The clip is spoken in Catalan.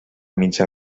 mitjà